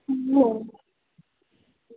हो